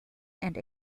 and